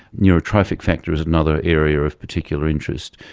neurotrophic factor is another area of particular interest,